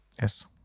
Yes